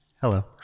Hello